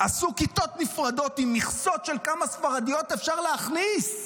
עשו כיתות נפרדות עם מכסות של כמה ספרדיות אפשר להכניס.